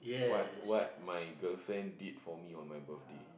what what my girlfriend did for me on my birthday